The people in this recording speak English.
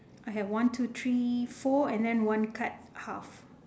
I have one two three four and then one cut half